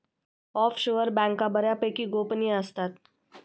offshore बँका बऱ्यापैकी गोपनीय असतात